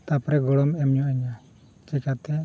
ᱛᱟᱯᱚᱨᱮ ᱜᱚᱲᱚᱢ ᱮᱢᱧᱚᱜ ᱤᱧᱟᱹ ᱪᱤᱠᱟᱹᱛᱮ